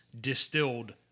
distilled